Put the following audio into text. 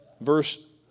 verse